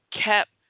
kept